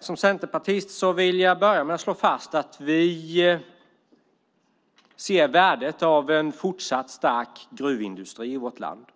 Som centerpartist vill jag börja med att slå fast att vi ser värdet av en fortsatt stark gruvindustri i vårt land.